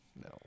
No